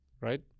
right